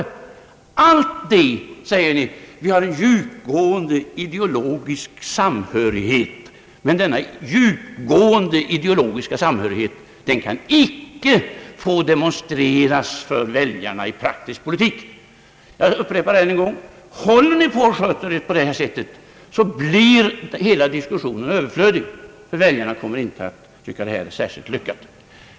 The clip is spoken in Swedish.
Om allt detta säger ni: Vi har en djupgående ideologisk samhörighet, men denna djupgående ideologiska samhörighet kan icke få demonstreras för väljarna i praktisk politik. Jag upprepar än en gång: Sköter ni er på det sättet blir hela diskussionen överflödig, ty väljarna kommer inte att tycka att det här är särskilt lyckat.